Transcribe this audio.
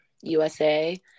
USA